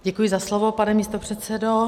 Děkuji za slovo, pane místopředsedo.